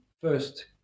first